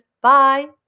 Bye